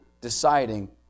deciding